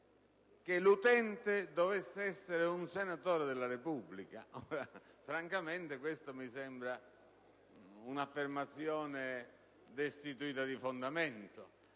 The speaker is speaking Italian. che l'utente dovesse essere un senatore della Repubblica. Francamente questa mi sembra un'affermazione destituita di fondamento,